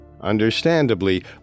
Understandably